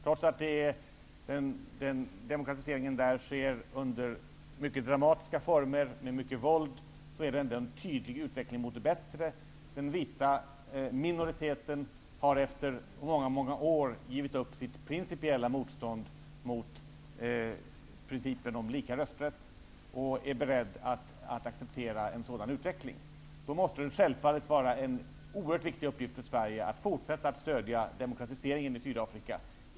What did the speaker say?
Trots att demokratiseringen sker under mycket dramatiska former med mycket våld, är det ändå en tydlig utveckling mot det bättre. Den vita minoriteten har efter många år gett upp sitt principiella motstånd mot lika rösträtt och är beredd att acceptera en sådan utveckling. Det måste självfallet vara en oerhört viktig uppgift för Sverige att fortsätta att stödja demokratiseringen i Sydafrika.